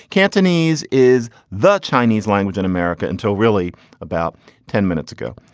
cantonese is the chinese language in america until really about ten minutes ago.